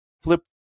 flip